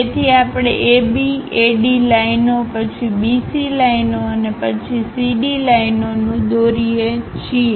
તેથી આપણે AB AD લાઇનો પછી BC લાઇનો અને પછી CD લાઇનોનું દોરી એ છીએ